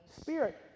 spirit